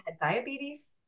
diabetes